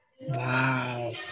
Wow